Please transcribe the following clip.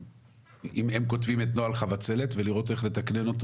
אם הם כותבים את נוהל חבצלת ולראות איך לתקנן אותו